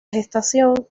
gestación